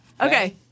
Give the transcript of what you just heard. Okay